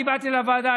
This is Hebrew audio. אני באתי לוועדה,